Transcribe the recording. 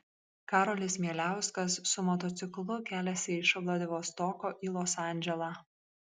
karolis mieliauskas su motociklu keliasi iš vladivostoko į los andželą